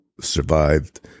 survived